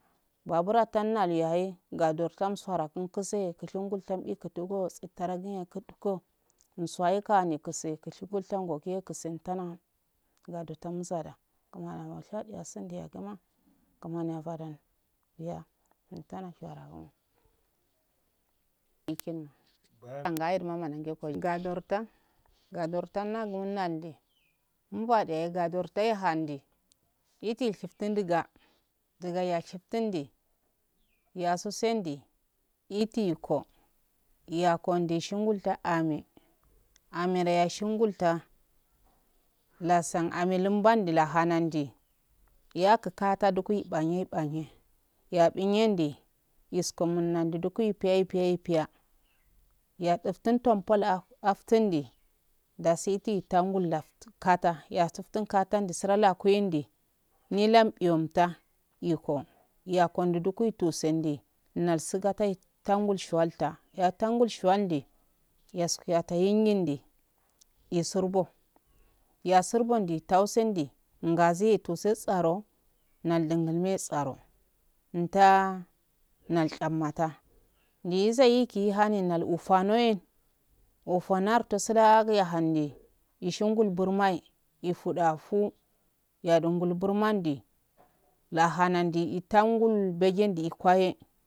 Babure naluyahe gadortun suwaeakn kuse kashingal tanbi kutungo tsitaragi ya kutko mourage kane kuse kushigo taangoga yekusen tana gado tan suna kumani yabamo shadiyasun nde yagima kumani yabadan biya kuntan sha ruguna ikinna ngaye duna manange koi ngadorta gadorta nalndw mbadeyale ngadorta yeha ndi itilshftin duga duga yashiftindi yasu sendi if ko yakongi shingulto ame amedu yashingul ta lasan ame lamband laha handi yakukate kuku panhe panbe yabinhandi iskomundu dukudu ipiya ipiya ya difton tampol aftindi dasi iti tangu lafkata ytiftin kata sura laku yendi nilam biyonata iko yokoindi dukuto sond na sukata shuwata yatangul shuwal ndi yas kwata yengindi isurbo yasurbo nde taukwata yengindi isurbo yasurbo nde tausonde ngasiye tose tsaro nal dungul ine tsaro mumta nal cham matanaizai ikehe hanel nai ufanoye ofonardo slagu yahandi shun gul burmayi ifuda fu yadinbul burma ndi lahana ndi itangul beyendi ikuwaye.